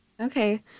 Okay